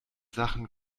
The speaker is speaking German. sachen